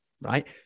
Right